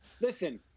Listen